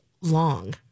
long